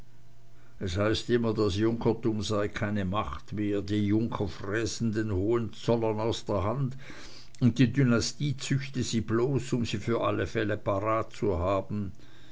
es heißt immer das junkertum sei keine macht mehr die junker fräßen den hohenzollern aus der hand und die dynastie züchte sie bloß um sie für alle fälle parat zu haben